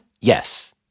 Yes